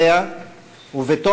ואתה,